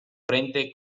frente